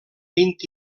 vint